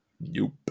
Nope